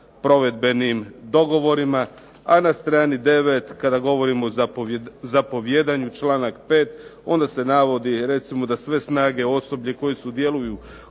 provedbenim dogovorima. A na strani 9. kada govorimo o zapovijedanju članak 5. onda se navodi recimo da sve snage, osoblje koje sudjeluju